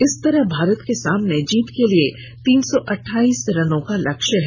इस तरह भारत के सामने जीत के लिए तीन सौ अठाईस रन का लक्ष्य है